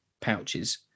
pouches